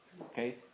Okay